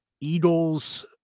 eagles